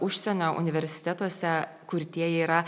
užsienio universitetuose kurtieji yra